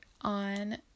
on